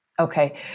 Okay